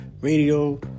radio